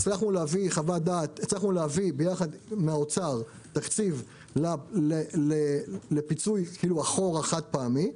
הצלחנו להביא יחד עם משרד האוצר תקציב לפיצוי רטרואקטיבי חד-פעמי,